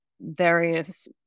various